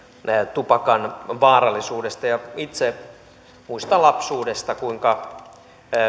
tupakan vaarallisuudesta itse muistan lapsuudesta kuinka